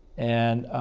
and